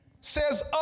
says